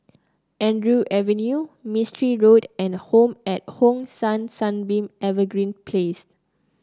Andrews Avenue Mistri Road and Home at Hong San Sunbeam Evergreen Place